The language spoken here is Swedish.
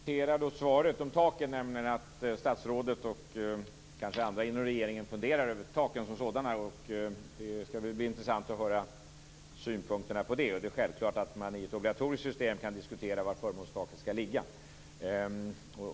Herr talman! Jag noterar i svaret om taken att statsrådet och kanske andra inom regeringen funderar över taken som sådana. Det skall bli intressant att höra synpunkterna på det. Det är självklart att man i ett obligatoriskt system kan diskutera var förmånstaken skall ligga.